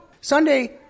Sunday